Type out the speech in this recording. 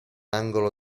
angolo